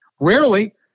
Rarely